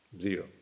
zero